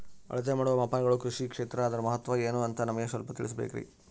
ಅಳತೆ ಮಾಡುವ ಮಾಪನಗಳು ಕೃಷಿ ಕ್ಷೇತ್ರ ಅದರ ಮಹತ್ವ ಏನು ಅಂತ ನಮಗೆ ಸ್ವಲ್ಪ ತಿಳಿಸಬೇಕ್ರಿ?